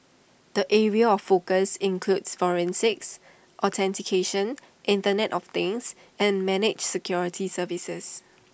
the areas of focus include forensics authentication Internet of things and managed security services